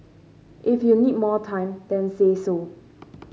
if you need more time then say so